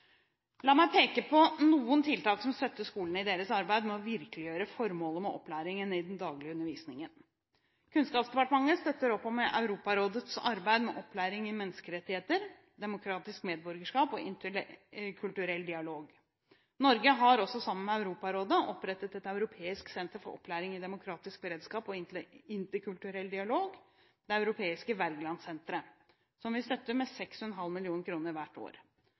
La meg peke på noen tiltak som støtter skolene i deres arbeid med å virkeliggjøre formålet med opplæringen i den daglige undervisningen. Kunnskapsdepartementet støtter opp om Europarådets arbeid med opplæring i menneskerettigheter, demokratisk medborgerskap og interkulturell dialog. Norge har også sammen med Europarådet opprettet et europeisk senter for opplæring i demokratisk beredskap og interkulturell dialog, Det Europeiske Wergelandsenteret, som vi støtter med 6,5 mill. kr hvert år.